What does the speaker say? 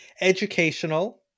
educational